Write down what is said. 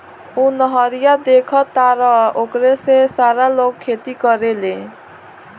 उ नहरिया देखऽ तारऽ ओकरे से सारा लोग खेती करेलेन